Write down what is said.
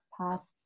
past